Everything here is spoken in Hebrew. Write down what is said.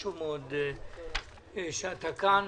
חשוב מאוד שאתה כאן,